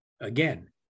again